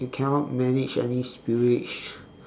you cannot manage any spillage